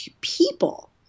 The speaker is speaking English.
people